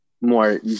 more